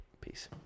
Peace